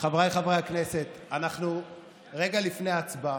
חבריי חברי הכנסת, אנחנו רגע לפני ההצבעה,